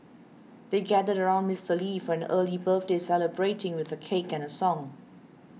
they gathered around Mister Lee for an early birthday celebrating with a cake and a song